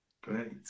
Great